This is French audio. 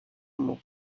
moment